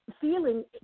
feeling